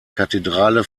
kathedrale